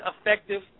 effective